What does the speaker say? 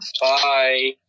bye